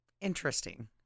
interesting